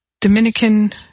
Dominican